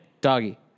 doggy